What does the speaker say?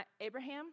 Abraham